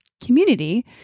community